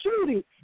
shooting